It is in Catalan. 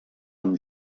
amb